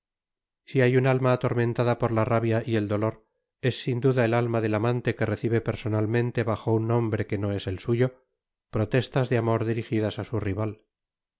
si hay un alma atormentada por la rabia y el dolor es sin duda el alma del amante que recibe personalmente bajo un nombre que no es el suyo protestas de amor dirijidas á su rival